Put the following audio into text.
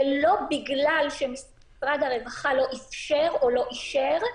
זה לא בגלל שמשרד הרווחה לא אפשר או לא אישר.